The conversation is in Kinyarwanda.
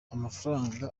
amafaranga